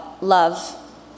love